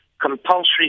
compulsory